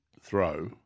throw